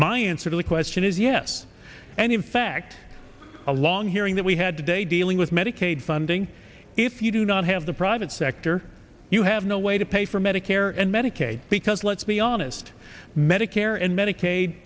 my answer to the question is yes and in fact a long hearing that we had today dealing with medicaid funding if you do not have the private sector you have no way to pay for medicare and medicaid because let's be honest medicare and medicaid